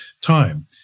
time